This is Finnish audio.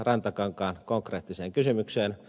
rantakankaan konkreettiseen kysymykseen